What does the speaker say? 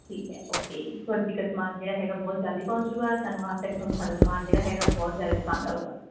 ਠੀਕ ਹੈ ਓਕੇ ਤੁਹਾਡੇ ਤੀਕਰ ਸਮਾਨ ਜਿਹੜਾ ਹੈਗਾ ਬਹੁਤ ਜਲਦੀ ਪਹੁੰਚ ਜਾਊਗਾ ਸਾਨੂੰ ਆਸ ਆ ਕਿ ਤੁਹਾਨੂੰ ਸਾਡਾ ਸਮਾਨ ਜਿਹੜਾ ਹੈਗਾ ਬਹੁਤ ਜ਼ਿਆਦਾ ਪਸੰਦ ਆਊਗਾ